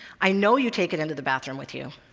i know you take it into the bathroom with you.